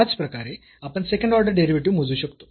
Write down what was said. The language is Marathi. त्याचप्रकारे आपण सेकंड ऑर्डर डेरिव्हेटिव्ह मोजू शकतो